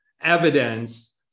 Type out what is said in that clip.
evidence